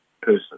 person